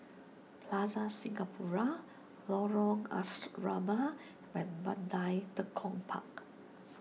Plaza Singapura Lorong Asrama and Mandai Tekong Park